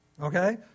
Okay